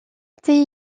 été